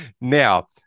Now